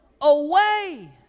away